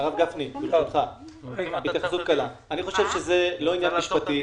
הרב גפני, אני חושב שזה לא עניין משפטי,